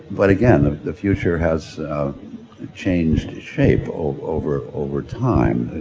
but again, the the future has changed shape over, over time.